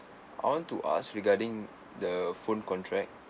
I want to ask regarding the phone contract